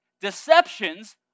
Deceptions